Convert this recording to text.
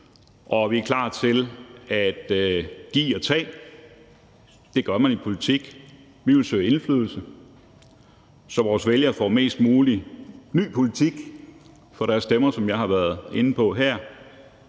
og vi er klar til at give og tage. Det gør man i politik. Vi vil søge indflydelse, så vores vælgere får mest muligt ny politik for deres stemmer, som jeg har været inde på her.